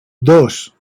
dos